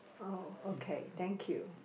oh okay thank you